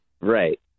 Right